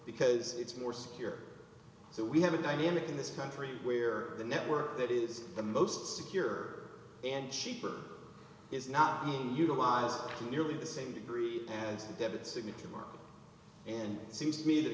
because it's more secure so we have a dynamic in this country where the network that is the most secure and cheaper is not being utilized to nearly the same group has a debit signature mark and it seems to me that